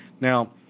Now